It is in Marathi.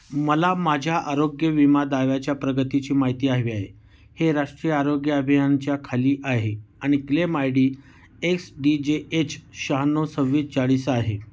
मला माझ्या आरोग्य विमा दाव्याच्या प्रगतीची माहिती हवी आहे हे राष्ट्रीय आरोग्य अभियानच्या खाली आहे आणि claim I D X D J H शहाण्णव सव्वीस चाळीस आहे